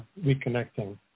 reconnecting